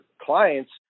clients